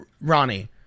Ronnie